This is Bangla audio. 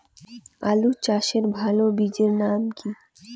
আলু চাষের ভালো বীজের নাম কি?